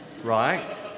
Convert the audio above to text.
Right